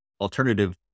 alternative